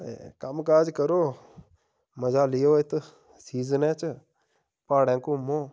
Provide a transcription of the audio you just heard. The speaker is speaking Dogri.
ते कम्म काज करो मज़ा लैओ इत्त सीजनै च प्हाड़ें घूमो